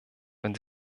wenn